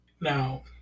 Now